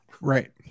Right